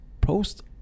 post-